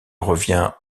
revient